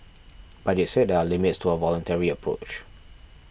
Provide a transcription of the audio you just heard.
but it said there are limits to a voluntary approach